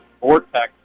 vortex